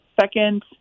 second